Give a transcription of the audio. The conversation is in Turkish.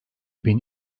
bin